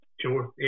sure